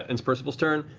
ends percival's turn.